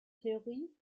theorie